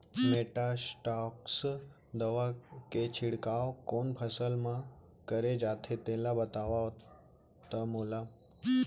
Metasystox दवा के छिड़काव कोन फसल म करे जाथे तेला बताओ त मोला?